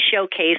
showcase